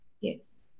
Yes